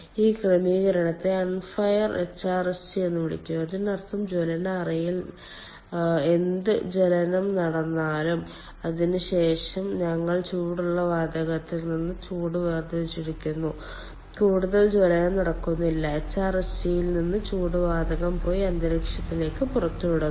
ഈ ക്രമീകരണത്തെ unfired HRSG എന്ന് വിളിക്കുന്നു അതിനർത്ഥം ജ്വലന അറയിൽ എന്ത് ജ്വലനം നടന്നാലും അതിന് ശേഷം ഞങ്ങൾ ചൂടുള്ള വാതകത്തിൽ നിന്ന് ചൂട് വേർതിരിച്ചെടുക്കുന്നു കൂടുതൽ ജ്വലനം നടക്കുന്നില്ല HRSG യിൽ നിന്ന് ചൂട് വാതകം പോയി അന്തരീക്ഷത്തിലേക്ക് പുറത്തുവിടുന്നു